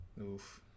Oof